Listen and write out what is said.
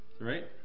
Right